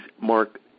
Mark